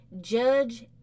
judge